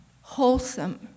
wholesome